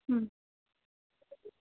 हुँ